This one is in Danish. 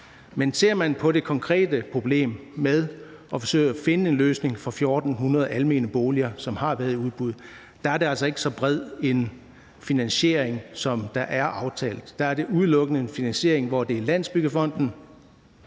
Men ser man på det konkrete problem med at forsøge at finde en løsning for 1.400 almene boliger, som har været i udbud, må man sige, at det altså ikke er så bred en finansiering, der er aftalt. Der er det udelukkende en finansiering, hvor det kommer fra Landsbyggefonden,